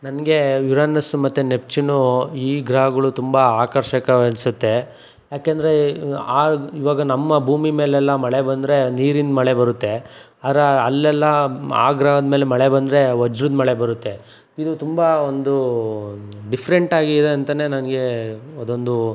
ನನಗೆ ಯುರಾನೆಸ್ ಮತ್ತೆ ನೆಫ್ಚೂನು ಈ ಗ್ರಹಗಳು ತುಂಬ ಆಕರ್ಷಕವೆನಿಸುತ್ತೆ ಏಕೆಂದ್ರೆ ಆಗ ಇವಾಗ ನಮ್ಮ ಭೂಮಿ ಮೇಲೆಲ್ಲ ಮಳೆ ಬಂದರೆ ನೀರಿನ ಮಳೆ ಬರುತ್ತೆ ಆದರೆ ಅಲ್ಲೆಲ್ಲ ಆ ಗ್ರಹದ ಮೇಲೆ ಮಳೆ ಬಂದರೆ ವಜ್ರದ ಮಳೆ ಬರುತ್ತೆ ಇದು ತುಂಬ ಒಂದು ಡಿಫ್ರೆಂಟಾಗಿದೆ ಅಂತೆಯೇ ನನಗೆ ಅದೊಂದು